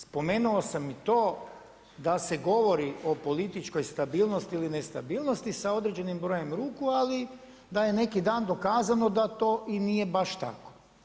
Spomenuo sam i to da se govori o političkoj stabilnosti ili nestabilnosti sa određenim brojem ruku, ali da je neki dan dokazano da to i nije baš tako.